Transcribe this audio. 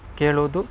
ಕೇಳುವುದು